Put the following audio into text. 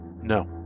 No